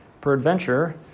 Peradventure